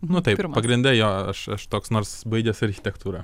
nu taip pagrinde jo aš aš toks nors baigęs architektūrą